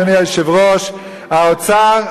אדוני היושב-ראש: האוצר,